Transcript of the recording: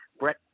Brett